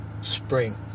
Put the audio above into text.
spring